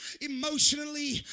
emotionally